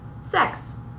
sex